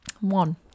one